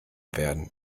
werden